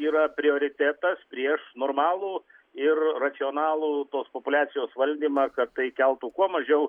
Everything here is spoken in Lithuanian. yra prioritetas prieš normalų ir racionalų tos populiacijos valdymą kad tai keltų kuo mažiau